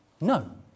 No